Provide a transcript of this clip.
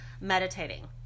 meditating